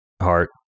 heart